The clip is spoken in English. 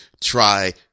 Try